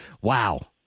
Wow